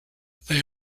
they